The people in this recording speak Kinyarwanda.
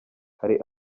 hari